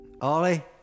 Ollie